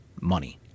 money